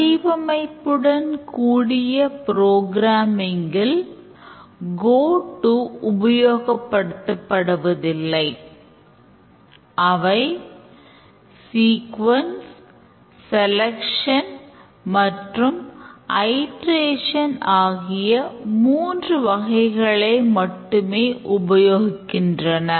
வடிவமைப்புடன் கூடிய ப்ரோக்ராமிங் ஆகிய மூன்று வகைகளை மட்டுமே உபயோகிக்கின்றன